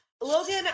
Logan